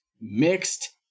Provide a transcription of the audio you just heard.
mixed